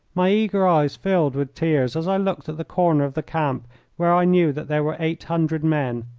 my eager eyes filled with tears as i looked at the corner of the camp where i knew that there were eight hundred men,